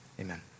Amen